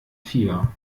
fieber